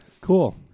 cool